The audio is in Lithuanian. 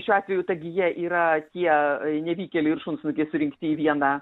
šiuo atveju ta gija yra tie nevykėliai ir šunsnukiai surinkti į vieną